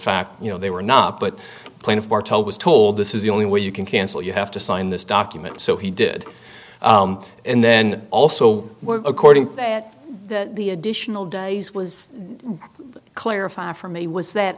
fact you know they were not but plaintiff martel was told this is the only way you can cancel you have to sign this document so he did and then also according to that that the additional days was clarified for me was that